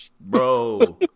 bro